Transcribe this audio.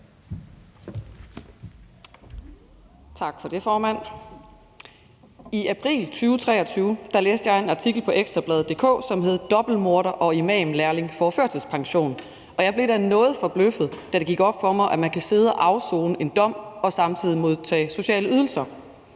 Tak for det, formand. I april 2023 læste jeg en artikel på ekstrabladet.dk, som hed »Dobbeltmorder og imamlærling får førtidspension«. Jeg blev da noget forbløffet, da det gik op for mig, at man kan sidde og afsone en dom og samtidig modtage sociale ydelser.